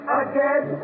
again